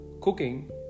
cooking